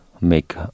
make